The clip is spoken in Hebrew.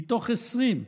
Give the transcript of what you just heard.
מתוך 20,